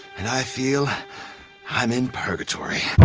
and i feel i'm in purgatory.